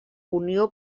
unió